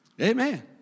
Amen